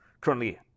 currently